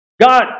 God